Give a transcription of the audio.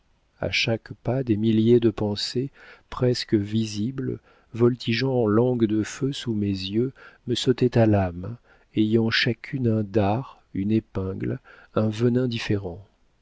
a chaque pas des milliers de pensées presque visibles voltigeant en langues de feu sous mes yeux me sautaient à l'âme ayant chacune un dard une épingle un venin différent